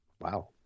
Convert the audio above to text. Wow